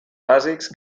bàsics